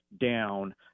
down